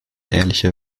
ehrliche